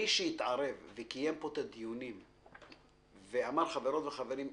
מי שהתערב וקיים פה את הדיונים ואמר: חברות וחברים,